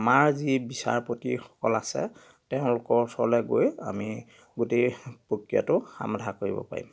আমাৰ যি বিচাৰপতিসকল আছে তেওঁলোকৰ ওচৰলৈ গৈ আমি গোটেই প্ৰক্ৰিয়াটো সমাধান কৰিব পাৰি